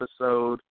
episode